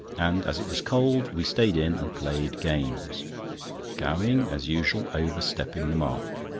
and as it was cold, we stayed in and played games gowing, as usual, overstepping the mark.